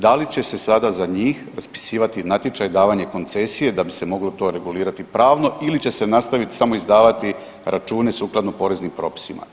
Da li će se sada za njih raspisivati natječaj, davanje koncesije da bi se moglo to regulirati pravno ili će se nastaviti samo izdavati računi sukladno poreznim propisima.